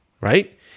right